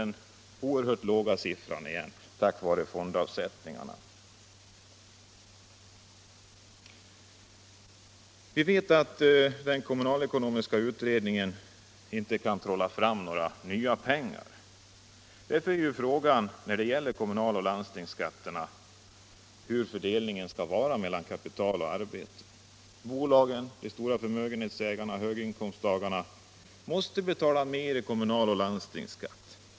1975 var man alltså tack vare fondavsättningarna tillbaka till den låga siffran. Kommunalekonomiska utredningen kan inte trolla fram nya pengar. Därför är frågan hur fördelningen av kommunaloch landstingsskatterna skall vara mellan kapital och arbete. Bolagen, de stora förmögenhetsägarna och höginkomsttagarna måste betala mer i kommunaloch landstingsskatt.